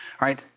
right